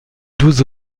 douze